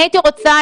אני הייתי רוצה,